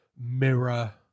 mirror